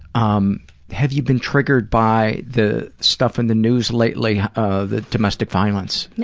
um have you been triggered by the stuff in the news lately ah the domestic violence?